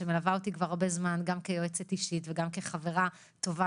שמלווה אותי כבר זמן רב גם כיועצת אישית וגם כחברה טובה,